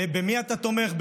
במי אתה תומך,